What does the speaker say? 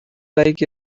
like